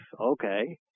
okay